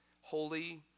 holy